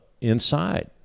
inside